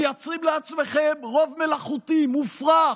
מייצרים לעצמכם רוב מלאכותי מופרך,